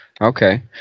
okay